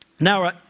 Now